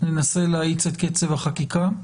ננסה להאיץ את קצב החקיקה,